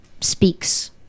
speaks